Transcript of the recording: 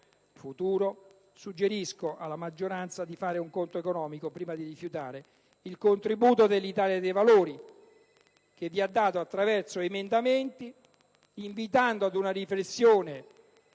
Suggerisco, quindi, alla maggioranza di fare un conto economico prima di rifiutare il contributo che l'Italia dei Valori vi ha dato attraverso emendamenti ed invitandovi ad una riflessione